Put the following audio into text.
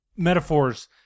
metaphors